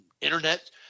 internet